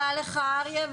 אריה,